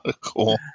Cool